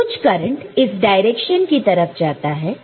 कुछ करंट इस डायरेक्शन की तरफ जाता है